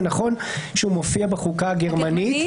זה נכון שהוא מופיע בחוקה הגרמנית.